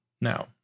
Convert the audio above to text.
Now